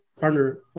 partner